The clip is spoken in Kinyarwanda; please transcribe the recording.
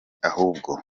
ahubwo